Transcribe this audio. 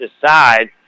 decide